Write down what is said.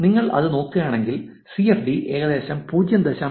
നിങ്ങൾ അത് നോക്കുകയാണെങ്കിൽ സി ഫ് ഡി ഏകദേശം 0